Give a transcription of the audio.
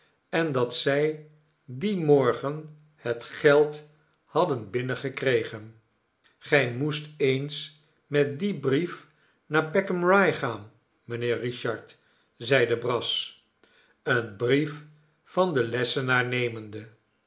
en dat zij dien morgen het geld hadden binnen gekregen gij moest eens met dien brief naar peckham rye gaan mijnheer richard zeide brass een brief van den lessenaar nemende